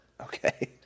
Okay